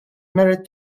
married